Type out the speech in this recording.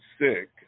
sick